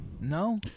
No